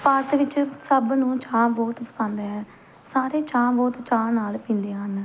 ਭਾਰਤ ਵਿੱਚ ਸਭ ਨੂੰ ਚਾਹ ਬਹੁਤ ਪਸੰਦ ਹੈ ਸਾਰੇ ਚਾਹ ਬਹੁਤ ਚਾਅ ਨਾਲ ਪੀਂਦੇ ਹਨ